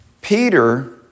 Peter